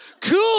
Cool